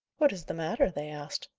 what is the matter? they asked.